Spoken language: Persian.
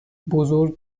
بزرگ